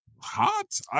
hot